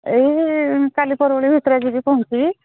ଏଇ କାଲି ପରଦିନ ଭିତରେ ଯିବି ପହଞ୍ଚିବି